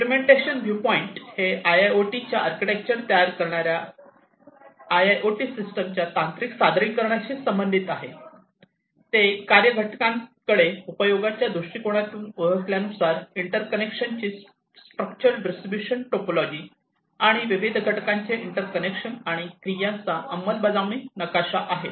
implementation view point हे आयआयओटीच्या architecture तयार करणाया आयआयओटी सिस्टमच्या तांत्रिक सादरीकरणाशी संबंधित आहे ते कार्य घटकांकडे उपयोगाच्या दृष्टिकोनातून ओळखल्यानुसार इंटरकनेक्शनची स्ट्रक्चर डिस्ट्रीब्यूशन टोपोलॉजी आणि विविध घटकांचे इंटरकनेक्शन आणि क्रियांचा अंमलबजावणी नकाशा आहे